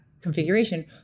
configuration